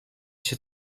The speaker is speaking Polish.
się